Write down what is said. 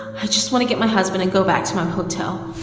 i just want to get my husband and go back to my hotel.